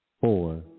four